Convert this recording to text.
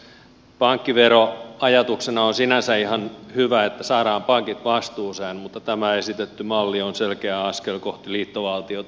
pankkivero ajatuksena on sinänsä ihan hyvä että saadaan pankit vastuuseen mutta tämä esitetty malli on selkeä askel kohti liittovaltiota